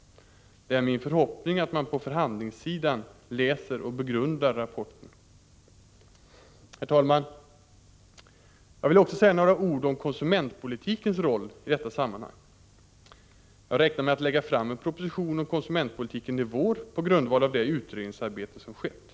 Det är min förhoppning att man på förhandlingssidan läser och begrundar rapporten. Herr talman! Jag vill också säga några ord om konsumentpolitikens roll i detta sammanhang. Jag räknar med att lägga fram en proposition om konsumentpolitiken i vår på grundval av det utredningsarbete som skett.